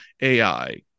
AI